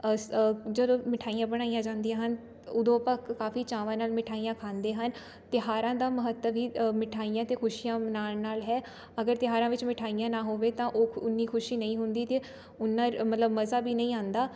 ਸ ਜਦੋਂ ਮਿਠਾਈਆਂ ਬਣਾਈਆਂ ਜਾਂਦੀਆਂ ਹਨ ਉਦੋਂ ਆਪਾਂ ਕਾਫੀ ਚਾਵਾਂ ਨਾਲ ਮਿਠਾਈਆਂ ਖਾਂਦੇ ਹਨ ਤਿਉਹਾਰਾਂ ਦਾ ਮਹੱਤਵ ਹੀ ਅ ਮਿਠਾਈਆਂ ਅਤੇ ਖੁਸ਼ੀਆਂ ਮਨਾਉਣ ਨਾਲ ਹੈ ਅਗਰ ਤਿਉਹਾਰਾਂ ਵਿੱਚ ਮਿਠਾਈਆਂ ਨਾ ਹੋਵੇ ਤਾਂ ਉਹ ਉਨੀਂ ਖੁਸ਼ੀ ਨਹੀਂ ਹੁੰਦੀ ਅਤੇ ਉਨਾਂ ਮਤਲਬ ਮਜ਼ਾ ਵੀ ਨਹੀਂ ਆਉਂਦਾ